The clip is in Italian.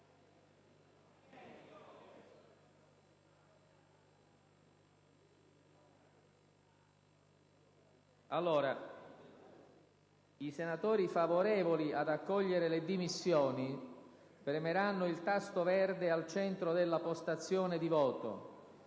I senatori favorevoli ad accogliere le dimissioni premeranno il tasto verde al centro della postazione di voto;